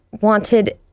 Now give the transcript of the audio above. wanted